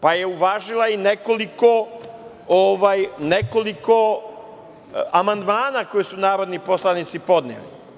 Pa, je uvažila i nekoliko amandmana koji su narodni poslanici podneli.